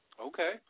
Okay